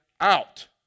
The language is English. out